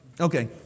Okay